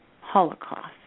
holocaust